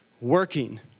working